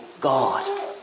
God